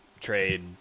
trade